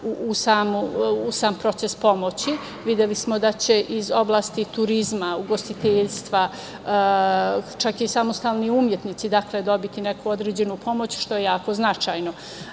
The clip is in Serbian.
u sam proces pomoći. Videli smo da će iz oblasti turizma, ugostiteljstva, čak i samostalni umetnici dobiti neku određenu pomoć, što je jako značajno. Sa